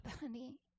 honey